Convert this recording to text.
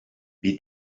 bir